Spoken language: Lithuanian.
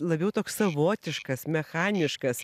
labiau toks savotiškas mechaniškas